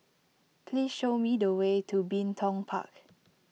please show me the way to Bin Tong Park